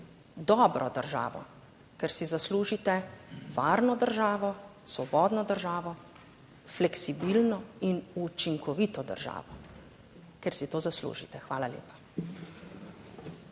dobro državo, ker si zaslužite varno državo, svobodno državo, fleksibilno in učinkovito državo, ker si to zaslužite. Hvala lepa.